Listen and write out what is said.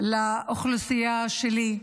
לאוכלוסייה שלי.